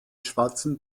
schwarzen